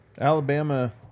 Alabama